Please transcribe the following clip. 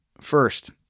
First